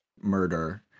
murder